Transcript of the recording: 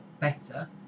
better